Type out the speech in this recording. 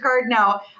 Now